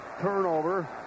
turnover